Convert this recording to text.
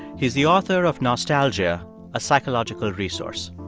he's the author of nostalgia a psychological resource.